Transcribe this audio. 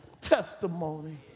testimony